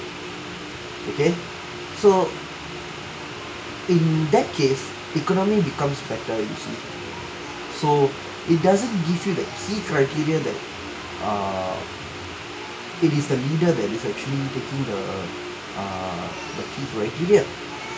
okay so in that case economy becomes better you see so it doesn't give you key criteria that err it is the middle that is actually taking the err the key criteria